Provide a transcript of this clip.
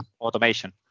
automation